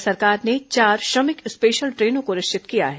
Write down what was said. छत्तीसगढ़ सरकार ने चार श्रमिक स्पेशल ट्रेनों को निश्चित किया है